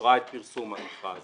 אישרה את פרסום המכרז